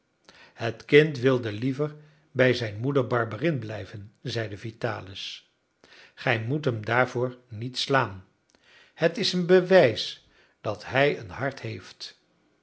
het kind wilde liever bij zijn moeder barberin blijven zeide vitalis gij moet hem daarvoor niet slaan het is een bewijs dat hij een hart heeft